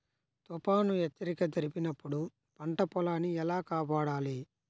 తుఫాను హెచ్చరిక జరిపినప్పుడు పంట పొలాన్ని ఎలా కాపాడాలి?